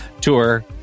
Tour